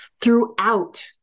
throughout